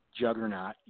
juggernaut